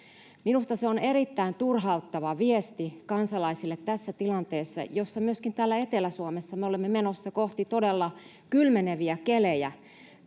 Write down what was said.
Minusta se on erittäin turhauttava viesti kansalaisille tässä tilanteessa, jossa myöskin täällä Etelä-Suomessa me olemme menossa kohti todella kylmeneviä kelejä.